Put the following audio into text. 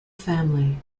family